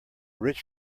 rich